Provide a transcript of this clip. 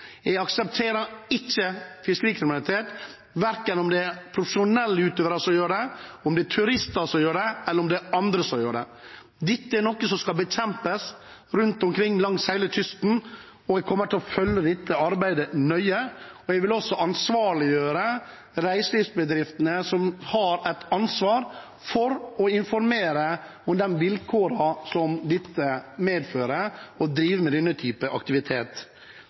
Jeg aksepterer ikke fiskerikriminalitet, verken om det er profesjonelle utøvere som gjør det, om det er turister som gjør det, eller om det er andre som gjør det. Dette er noe som skal bekjempes rundt omkring langs hele kysten, og jeg kommer til å følge dette arbeidet nøye. Jeg vil også ansvarliggjøre reiselivsbedriftene som har et ansvar for å informere om de vilkårene det medfører å drive med denne typen aktivitet.